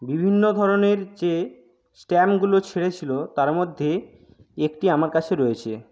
বিভিন্ন ধরণের যে স্ট্যাম্পগুলো ছেড়ে ছিলো তার মধ্যে একটি আমার কাছে রয়েছে